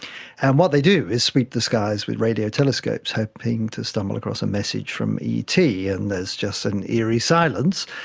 and what they do is sweep the skies with radio telescopes, hoping to stumble across a message from et. and there's just an eerie silence.